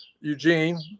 Eugene